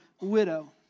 widow